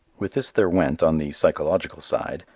with this there went, on the psychological side,